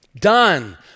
Done